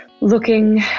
looking